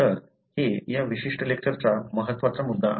तर हे या विशिष्ट लेक्चरचा महत्वाचा मुद्दा आहे